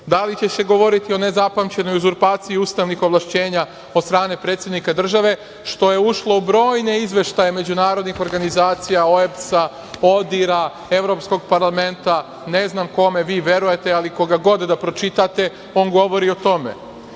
da li će se govoriti o nezapamćenoj uzurpaciji ustavnih ovlašćenja od strane predsednika države, što je ušlo u brojne izveštaje međunarodnih organizacija OEBS-a, ODIHR-a, Evropskog parlamenta. Ne znam kome vi verujete, ali koga kod da pročitate, on govori o tome. Da